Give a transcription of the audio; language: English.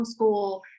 homeschool